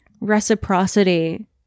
reciprocity